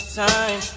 time